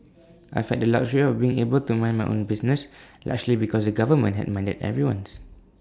I've had the luxury of being able to mind my own business largely because the government had minded everyone's